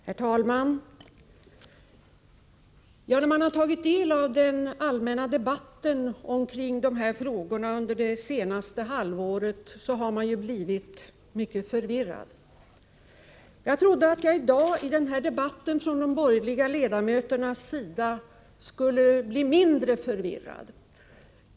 Herr talman! När man tagit del av den allmänna debatten omkring dessa frågor under det senaste halvåret har man blivit mycket förvirrad. Jag trodde att jag i dag i denna debatt med de borgerliga ledamöterna skulle bli mindre förvirrad.